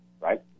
right